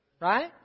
Right